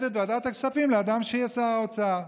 את ועדת הכספים לאדם שיהיה שר האוצר?